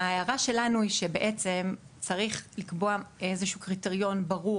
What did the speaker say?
ההערה שלנו היא שצריך לקבוע איזה שהוא קריטריון ברור